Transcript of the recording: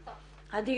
כן, אבל עד שהיא תוכל.